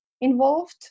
involved